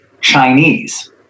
chinese